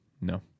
No